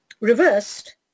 Reversed